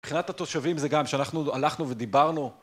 מבחינת התושבים זה גם שאנחנו הלכנו ודיברנו